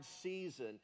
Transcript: season